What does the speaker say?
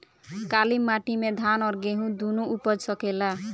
काली माटी मे धान और गेंहू दुनो उपज सकेला?